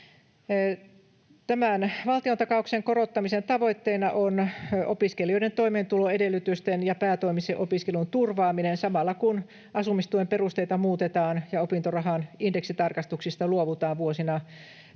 Tämän valtiontakauksen korottamisen tavoitteena on opiskelijoiden toimeentuloedellytysten ja päätoimisen opiskelun turvaaminen samalla kun asumistuen perusteita muutetaan ja opintorahan indeksitarkastuksista luovutaan vuosina